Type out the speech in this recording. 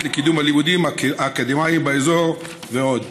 לקידום הלימודים האקדמיים באזור ועוד,